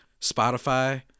Spotify